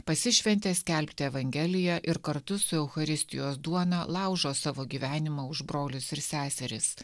pasišventė skelbti evangeliją ir kartu su eucharistijos duona laužo savo gyvenimą už brolius ir seseris